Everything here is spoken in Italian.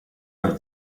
dal